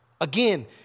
Again